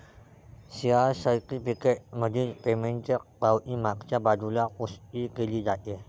share certificate मधील पेमेंटची पावती मागच्या बाजूला पुष्टी केली जाते